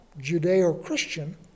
judeo-christian